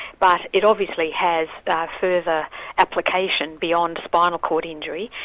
but it obviously has further application beyond spinal cord injury,